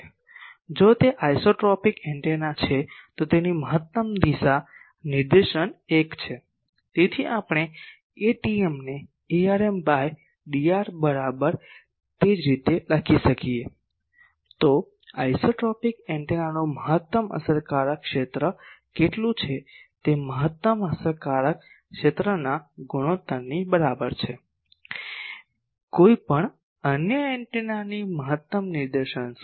જો તે isotropic antenna છે તો તેની મહત્તમ દિશા નિર્દેશન 1 છે તેથી આપણે Atm ને Arm બાય Dr બરાબર એ જ રીતે લખી શકીએ તો આઇસોટ્રોપિક એન્ટેનાનું મહત્તમ અસરકારક ક્ષેત્ર કેટલું છે તે મહત્તમ અસરકારક ક્ષેત્રના ગુણોત્તરની બરાબર છે કોઈપણ અન્ય એન્ટેનાની મહત્તમ નિર્દેશન છે